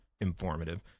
informative